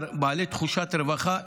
בעלי תחושת רווחה,